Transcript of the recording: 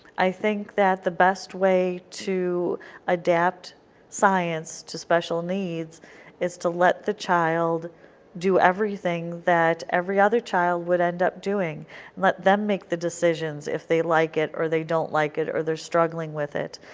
i think that the best way to adapt science to special needs is to let the child do everything that every other child would end up doing, and let them make the decisions if they like it or they don't like it or they are struggling with it.